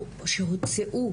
שהוצאו,